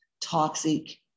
toxic